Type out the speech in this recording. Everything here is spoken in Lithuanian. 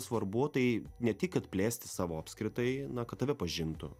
svarbu tai ne tik kad plėsti savo apskritai na kad tave pažintų